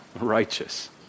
righteous